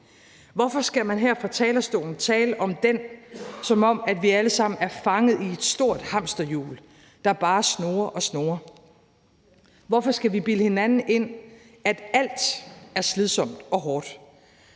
Hvorfor skal man her fra talerstolen tale om den, som om vi alle sammen er fanget i et stort hamsterhjul, der bare snurrer og snurrer? Hvorfor skal vi bilde hinanden ind, at alt er slidsomt og hårdt?